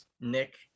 Nick